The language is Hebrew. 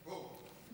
פה.